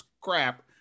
crap